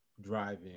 driving